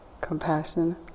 compassion